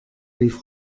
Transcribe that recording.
rief